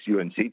UNC